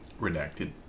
Redacted